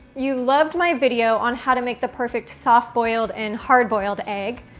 you loved my video on how to make the perfect soft-boiled and hard-boiled egg,